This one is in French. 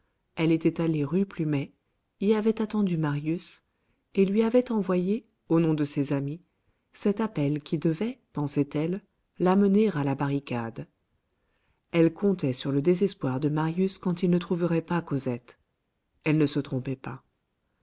elle était allée rue plumet y avait attendu marius et lui avait envoyé au nom de ses amis cet appel qui devait pensait-elle l'amener à la barricade elle comptait sur le désespoir de marius quand il ne trouverait pas cosette elle ne se trompait pas